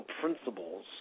principles